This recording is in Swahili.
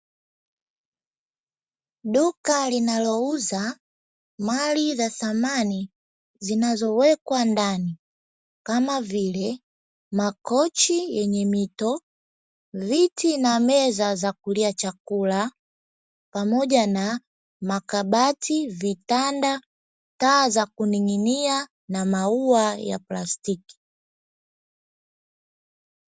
Duka linalouza mali za samani, zinazowekwa ndani kama vile makochi yenye mito, viti na meza za kulia chakula pamoja na makabati, vitanda, taa za kuning'inia na maua ya plastiki.